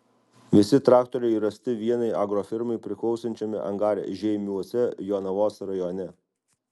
visi traktoriai rasti vienai agrofirmai priklausančiame angare žeimiuose jonavos rajone